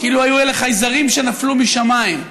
כאילו היו אלה חייזרים שנפלו משמיים.